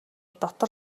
дотор